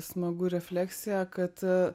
smagu refleksija kad